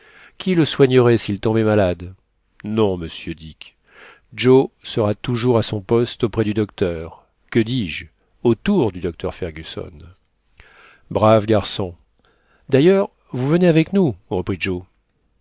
qui le soignerait s'il tombait malade non monsieur dick joe sera toujours à son poste auprès du docteur que dis-je autour du docteur fergusson brave garçon d'ailleurs vous venez avec nous